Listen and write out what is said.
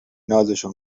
نازشو